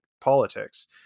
politics